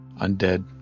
undead